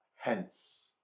hence